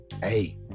Hey